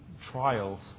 trials